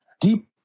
deep